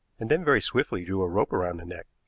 and then very swiftly drew a rope round the neck,